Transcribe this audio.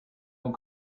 will